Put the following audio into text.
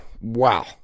Wow